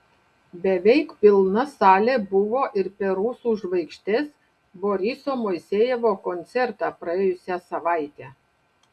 beveik pilna salė buvo ir per rusų žvaigždės boriso moisejevo koncertą praėjusią savaitę